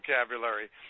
vocabulary